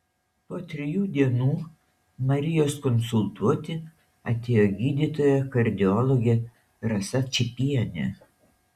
po trijų dienų marijos konsultuoti atėjo gydytoja kardiologė rasa čypienė